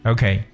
Okay